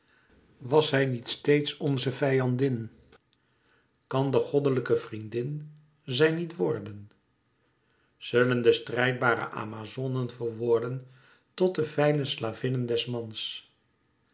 was zij niet steeds onze vijandin kan de goddelijke vriendin zij niet worden zullen de strijdbare amazonen verworden tot de veile slavinnen des mans